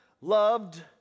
loved